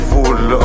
Full